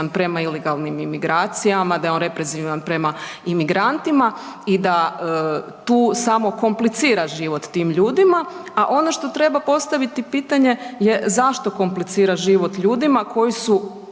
prema ilegalnim imigracijama, da je on represivan prema imigrantima i da tu samo komplicira život tim ljudima, a ono što treba postaviti pitanje je zašto komplicira život ljudima koji su